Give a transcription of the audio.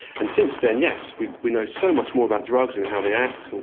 and since then, yes, we we know so much more about drugs and how they act,